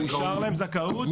אושר להם זכאות, הכול.